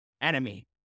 enemy